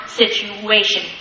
situation